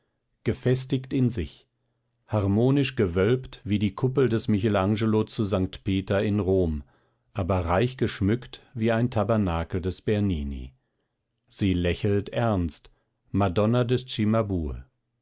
gefestigt in sich harmonisch gewölbt wie die kuppel des michel angelo zu sankt peter in rom aber reich geschmückt wie ein tabernakel des bernini sie lächelt ernst madonna des cimabue